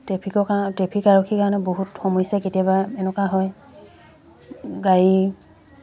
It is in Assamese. ট্ৰেফিকৰ কাৰ টেফিক আৰক্ষীৰ কাৰণে বহুত সমস্যা কেতিয়াবা এনেকুৱা হয় গাড়ী